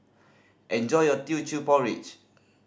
enjoy your Teochew Porridge